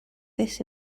this